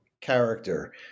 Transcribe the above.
character